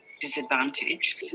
disadvantage